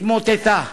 התמוטטה.